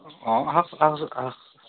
অঁ আহক আহক